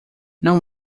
não